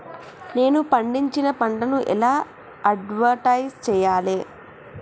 నేను పండించిన పంటను ఎలా అడ్వటైస్ చెయ్యాలే?